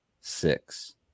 six